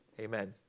Amen